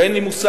ואין לי מושג,